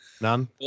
None